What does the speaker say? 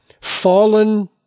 fallen